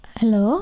hello